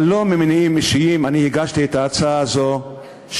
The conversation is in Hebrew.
אבל לא ממניעים אישיים הגשתי את ההצעה הזאת,